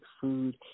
food